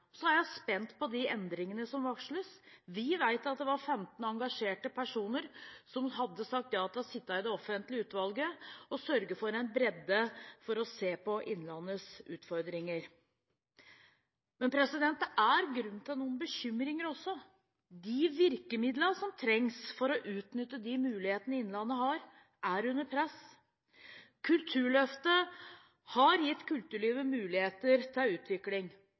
Så er jeg spent på de endringene som varsles. Vi vet at det var 15 engasjerte personer som hadde sagt ja til å sitte i det offentlige utvalget og sørge for en bredde for å se på Innlandets utfordringer. Men det er også grunn til noen bekymringer. De virkemidlene som trengs for å utnytte de mulighetene Innlandet har, er under press. Kulturløftet har gitt kulturlivet muligheter til utvikling.